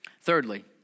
Thirdly